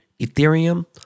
Ethereum